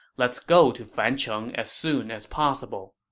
let's go to fancheng as soon as possible.